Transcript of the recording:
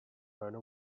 owner